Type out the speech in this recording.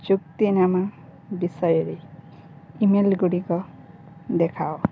ଚୁକ୍ତିନାମା ବିଷୟରେ ଇମେଲଗୁଡ଼ିକ ଦେଖାଅ